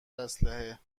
اسلحه